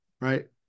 right